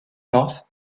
north